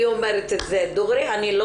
אני אומרת את זה דוגרי.